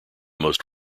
most